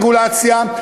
הפוך על הרגולציה,